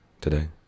today